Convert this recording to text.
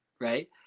right